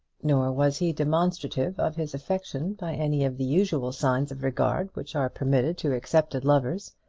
nor was he demonstrative of his affection by any of the usual signs of regard which are permitted to accepted lovers.